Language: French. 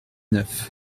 neuf